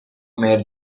meyer